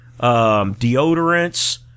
deodorants